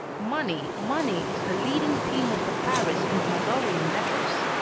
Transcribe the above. money, money, is the leading theme of the paris and mallorean letters.